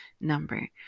number